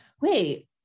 Wait